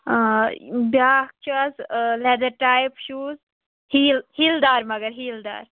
آ بیٛاکھ چھُ حظ لیدَر ٹایپ شوٗز ہیٖل ہیٖلہٕ دار مَگر ہیٖلہٕ دار